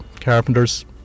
carpenters